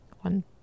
one